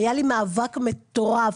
היה לי מאבק מטורף.